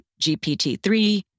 GPT-3